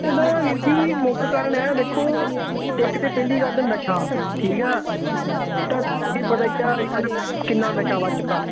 ਇਹਦਾ ਵੀਰ ਜੀ ਮੁੱਖ ਕਾਰਨ ਹ ਦੇਖੋ ਇੱਕ ਤਾਂ ਪਹਿਲੀ ਗੱਲ ਨਸ਼ਾ ਠੀਕ ਆ ਤੁਹਾਨੂੰ ਜਿਵੇਂ ਪਤਾ ਹੀ ਆ ਅੱਜ ਕੱਲ੍ਹ ਕਿੰਨਾ ਨਸ਼ਾ ਵੱਧ ਚੁੱਕਾ